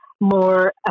more